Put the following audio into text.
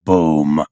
Boom